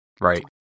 Right